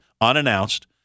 unannounced